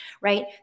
right